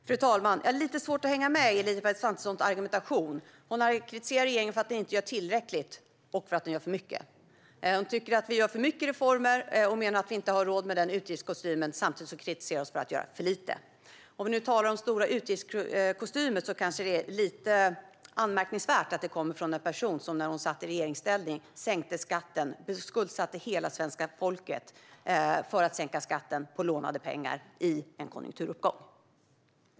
Fru talman! Jag har lite svårt att hänga med i Elisabeth Svantessons argumentation. Hon kritiserar regeringen för att den inte gör tillräckligt och för att den gör för mycket. Hon tycker att vi gör för många reformer och menar att vi inte har råd med en sådan utgiftskostym. Samtidigt kritiserar hon oss för att göra för lite. Om vi talar om stora utgiftskostymer är det kanske lite anmärkningsvärt att det kommer från en person som när hon satt i regeringsställning sänkte skatten - och skuldsatte hela svenska folket för att sänka skatten - på lånade pengar i en konjunkturuppgång.